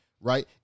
right